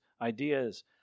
ideas